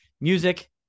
music